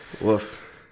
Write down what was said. Woof